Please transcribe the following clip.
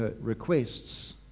requests